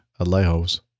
Alejo's